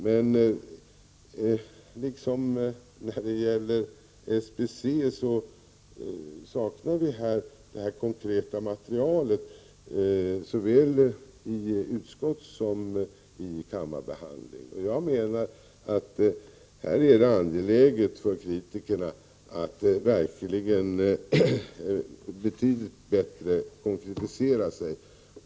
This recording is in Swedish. Men liksom i fråga om SBC saknar vi ett konkret material såväl i utskottet som i kammarbehandlingen. Jag anser att det är angeläget för kritikerna att konkretisera sig betydligt bättre.